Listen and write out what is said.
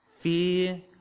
Fear